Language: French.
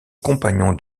compagnon